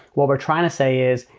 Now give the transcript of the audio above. what we're trying to say is,